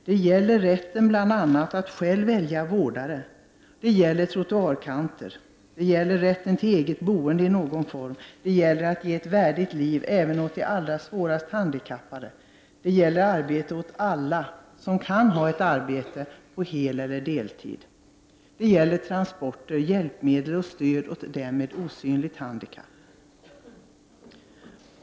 Det gäller bl.a. rätten att själv välja vårdare, det gäller trottoarkanter, rätten till eget boende i någon form, att ge ett värdigt liv även åt de allra svårast handikappade, och det gäller arbete åt alla som kan ha ett arbete på heleller deltid. Det gäller transporter, hjälpmedel och stöd åt dem med ”osynligt” handikapp.